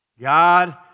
God